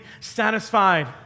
satisfied